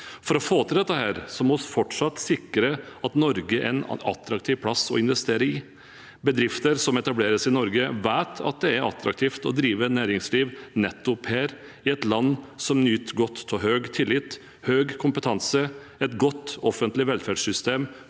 For å få til dette må vi fortsatt sikre at Norge er en attraktiv plass å investere. Bedrifter som etablerer seg i Norge, vet at det er attraktivt å drive næringsliv nettopp her, i et land som nyter godt av høy tillit, høy kompetanse og et godt offentlig velferdssystem